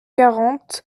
quarante